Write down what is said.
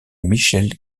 michel